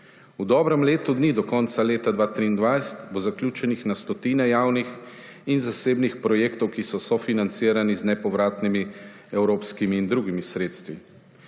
V dobrem letu dni, do konca leta 2023, bo zaključenih na stotine javnih in zasebnih projektov, ki so sofinancirani z nepovratnimi evropskimi in drugimi sredstvi.